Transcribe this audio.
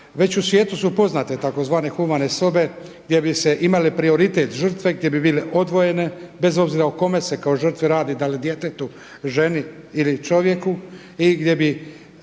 Već u svijetu su poznate tzv. humane sobe gdje bi imale prioritet žrtve gdje bi bile odvojene bez obzira o kome se kao žrtvi radi da li djetetu, ženi ili čovjeku i gdje bi